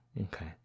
Okay